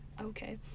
Okay